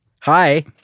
Hi